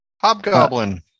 Hobgoblin